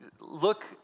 look